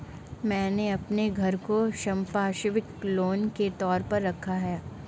मैंने अपने घर को संपार्श्विक लोन के तौर पर रखा है